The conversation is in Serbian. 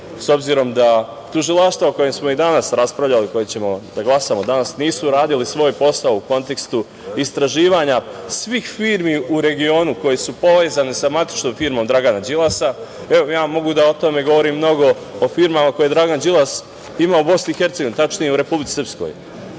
s obzirom tužilaštva o kojima smo danas raspravljali, koje ćemo da glasamo danas, nisu radili svoj posao u kontekstu istraživanja svih firmi u regionu koje su povezane sa matičnom firmom Dragana Đilasa. Ja mogu o tome da govorim mnogo o firmama koje je dragan Đilas ima u BiH, tačnije u Republici Srpskoj.